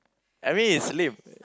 I mean is lame